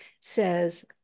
says